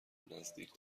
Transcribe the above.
نزدیک